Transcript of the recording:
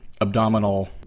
abdominal